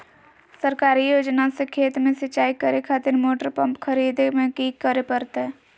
सरकारी योजना से खेत में सिंचाई करे खातिर मोटर पंप खरीदे में की करे परतय?